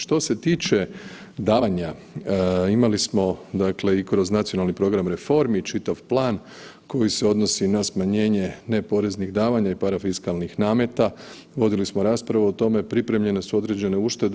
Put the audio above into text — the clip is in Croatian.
Što se tiče davanja, imali smo i kroz Nacionalni program reformi čitav plan koji se odnosi na smanjenje neporeznih davanja i parafiskalnih nameta, vodili smo raspravu o tome, pripremljene su određene uštede.